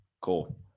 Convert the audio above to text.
Cool